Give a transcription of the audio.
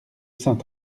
saint